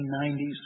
1990s